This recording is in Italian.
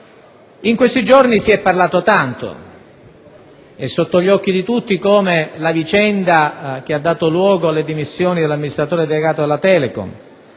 In questi giorni si è parlato tanto, ed è sotto gli occhi di tutti come la vicenda che ha dato luogo alle dimissioni dell'amministratore delegato della Telecom